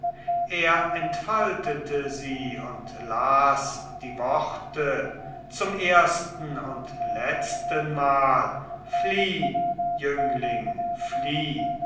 er entfaltete sie und las die worte zum ersten und letztenmal flieh jüngling flieh